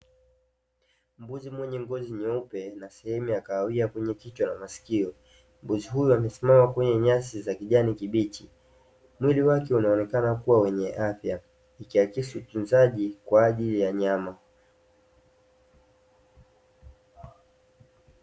Mbuzi mwenye ngozi nyeupe na sehemu ya kahawia kwenye kichwa na masikio, mbuzi huyo amesimama kwenye nyasi za kijani kibichi, mwili wake unaonekana kuwa wenye afya, ukiakisi ufugaji kwa ajili ya nyama.